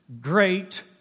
great